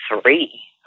three